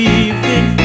evening